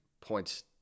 points